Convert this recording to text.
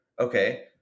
Okay